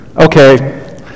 Okay